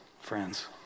friends